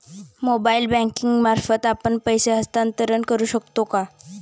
Mobile banking मार्फत आपण पैसे हस्तांतरण करू शकतो का?